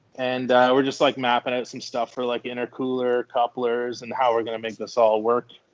and we're just, like mapping out some stuff, for like intercooler, couplers, and how we're gonna make this all work.